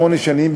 שמונה שנים.